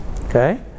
Okay